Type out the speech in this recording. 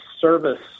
service